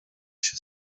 się